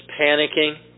panicking